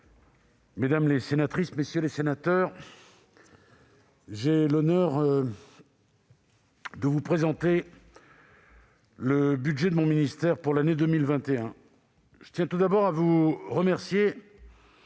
mesdames, messieurs les sénateurs, j'ai l'honneur de vous présenter le budget de mon ministère pour l'année 2021. Je tiens tout d'abord à vous remercier